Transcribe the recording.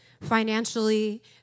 financially